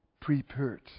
prepared